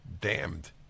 damned